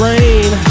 Rain